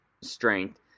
strength